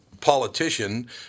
politician